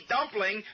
Dumpling